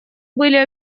были